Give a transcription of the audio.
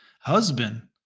Husband